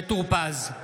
(קורא בשמות חברי הכנסת) משה טור פז,